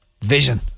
vision